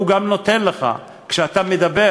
גם הוא נותן לך כשאתה מדבר.